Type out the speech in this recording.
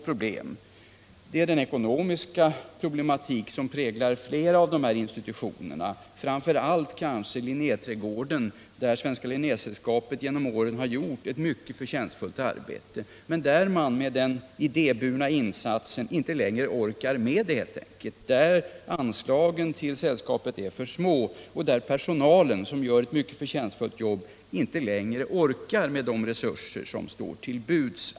Det ena är det ekonomiska problem som flera av dessa institutioner har, framför allt kanske Linnéträdgården där Svenska Linnésällskapet genom åren har gjort ett mycket förtjänstfullt arbete. Där orkar man inte längre med att göra de idéburna insatserna. Anslagen till sällskapet är för små och personalen mäktar inte längre klara arbetet på ett tillfredsställande sätt med de resurser som står till buds.